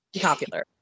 popular